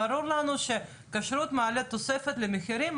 ברור לנו שכשרות מעלה תוספת למחירים,